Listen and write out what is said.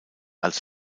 als